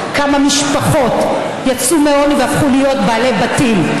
כמה משפחות יצאו מהעוני והפכו להיות בעלי בתים,